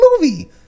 movie